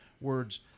words